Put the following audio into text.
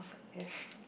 yes